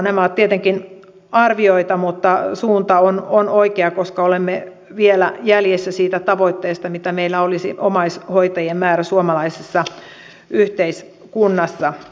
nämä ovat tietenkin arvioita mutta suunta on oikea koska olemme vielä jäljessä siitä tavoitteesta mitä meillä olisi omaishoitajien määrä suomalaisessa yhteiskunnassa